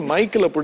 Michael